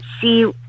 see